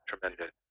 Tremendous